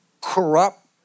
corrupt